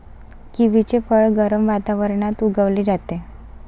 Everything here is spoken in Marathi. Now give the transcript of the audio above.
किवीचे फळ गरम वातावरणात उगवले जाते